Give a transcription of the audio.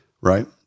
Right